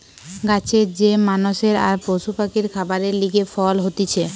গাছের যে মানষের আর পশু পাখির খাবারের লিগে ফল হতিছে